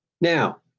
Now